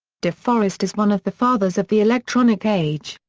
de forest is one of the fathers of the electronic age,